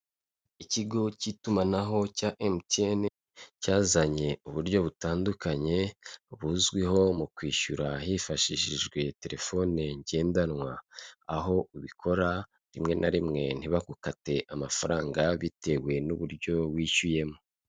Ikigo cy'itumanaho cya Emutiyeni cyazanye uburyo butandukanye buzwiho mu kwishyura hifashishijwe telefone ngendanwa aho ubikora rimwe na rimwe ntibakate amafaranga bitewe n'uburyo wishyuyemo.